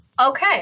Okay